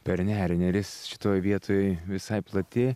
per nerį neris šitoj vietoj visai plati